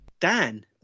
Dan